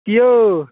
कि यौ